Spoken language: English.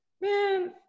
Man